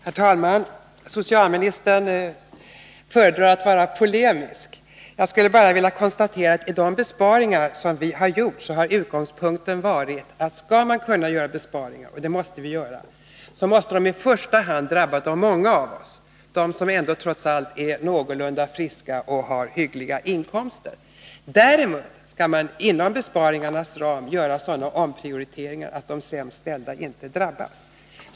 Herr talman! Socialministern föredrar att vara polemisk. Jag skulle bara vilja konstatera att utgångspunkten för de besparingar som vi har gjort har varit att om man skall göra besparingar — och det måste vi göra — måste de i första hand drabba de många av oss som är någorlunda friska och har hyggliga inkomster. Däremot kan man inom besparingarnas ram göra sådana omprioriteringar att de sämst ställda inte drabbas.